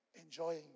Enjoying